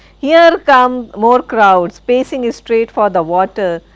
here come more crowds, pacing straight for the water,